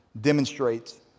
demonstrates